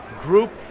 group